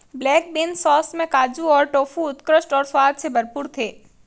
black bean sauce में काजू और टोफू उत्कृष्ट और स्वाद से भरपूर थे